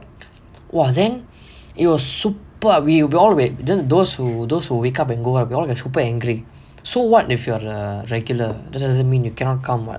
!wah! then it was super ah we we all those who those who wake up and go early we all are super angry so what if you're a regular doesn't mean you cannot come [what]